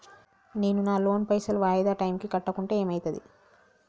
నేను నా లోన్ పైసల్ వాయిదా టైం కి కట్టకుంటే ఏమైతది?